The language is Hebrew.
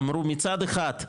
אמרו מצד אחד,